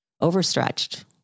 overstretched